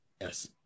Yes